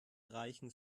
reichen